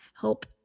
help